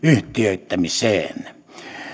yhtiöittämiseen